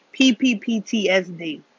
PPPTSD